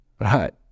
Right